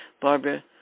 Barbara